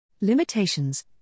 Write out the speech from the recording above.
Limitations